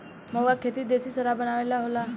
महुवा के खेती देशी शराब बनावे ला होला